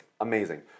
Amazing